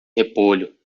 repolho